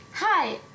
Hi